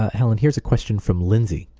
helen, here's a question from lindsey.